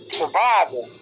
survival